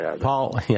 Paul